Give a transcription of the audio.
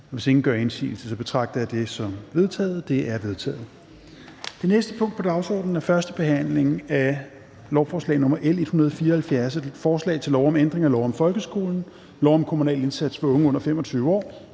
Hvis ingen gør indsigelse, betragter jeg dette som vedtaget. Det er vedtaget. --- Det næste punkt på dagsordenen er: 10) 1. behandling af lovforslag nr. L 175: Forslag til lov om ændring af lov om folkeskolen, lov om friskoler og private grundskoler m.v.,